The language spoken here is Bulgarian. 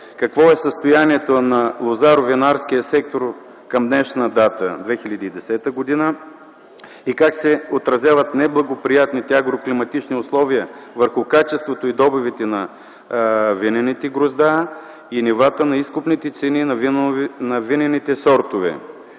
какво е състоянието на лозаро-винарския сектор към днешна дата, 2010 г., и как се отразяват неблагоприятните агроклиматични условия върху качеството и добивите на винените грозда и нивата на изкупните цени на винените сортове?